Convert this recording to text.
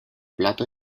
plato